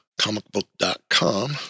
comicbook.com